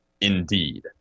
Indeed